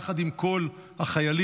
יחד עם כל החיילים,